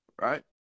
right